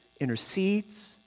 intercedes